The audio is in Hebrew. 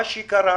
מה שקרה